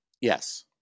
yes